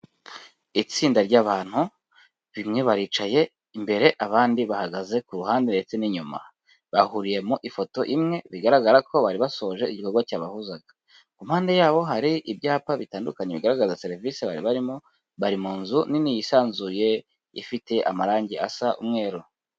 Itsinda ry'abantu, bamwe baricaye imbere, abandi bahagaze ku ruhande ndetse n'inyuma. Bahuriye mu ifoto imwe, bigaragara ko bari basoje igikorwa cyabahuzaga, ku mpande yabo hari ibyapa bitandukanye bigaragaza serivisi bari barimo, bari mu nzu nini yisanzuye ifite amarangi asa umweru.